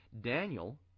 Daniel